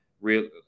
real